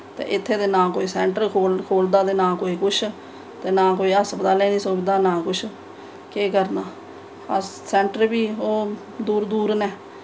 ते इत्थें ते ना कोई सेंटर खोलदा ते ना कोई कुछ ते ना कोई हस्पतालें ई सुविधा ना कोई कुछ केह् करना अस सेंटर बी ओह् दूर दूर न